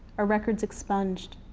our records expunged.